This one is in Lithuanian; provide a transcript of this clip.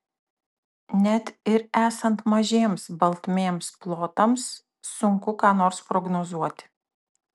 net ir esant mažiems baltmėms plotams sunku ką nors prognozuoti